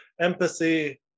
empathy